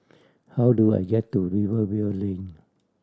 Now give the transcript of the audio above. how do I get to Rivervale Lane